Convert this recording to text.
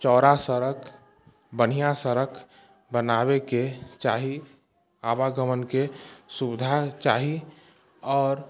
चौड़ा सड़क बन्हिआँ सड़क बनाबयके चाही आवागमनके सुविधा चाही आओर